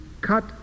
cut